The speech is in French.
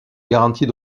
garanties